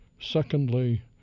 Secondly